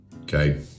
okay